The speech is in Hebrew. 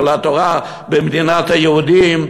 של התורה במדינת היהודים,